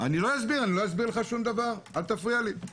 אני לא אסביר לך שום דבר, אל תפריע לי.